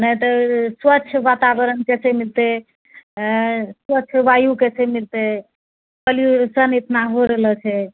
नहि तऽ स्वच्छ वातावरण कैसे मिलतै स्वच्छ वायु कैसे मिलतै पोल्युशन इतना हो रहलो छै